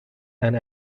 and